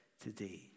today